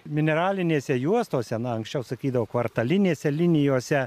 mineralinėse juostose na anksčiau sakydavo kvartalinėse linijose